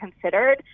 considered